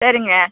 சரிங்க